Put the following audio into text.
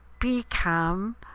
become